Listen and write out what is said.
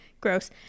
gross